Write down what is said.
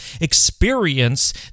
experience